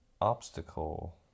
Obstacle